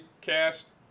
cast